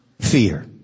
fear